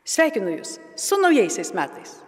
sveikinu jus su naujaisiais metais